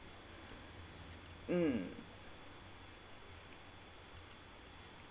mm